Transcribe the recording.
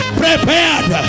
prepared